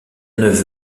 neuf